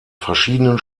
verschiedenen